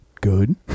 good